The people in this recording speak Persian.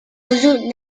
موضوع